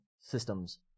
systems